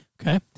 Okay